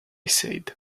said